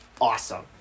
awesome